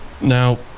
now